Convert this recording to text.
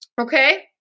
Okay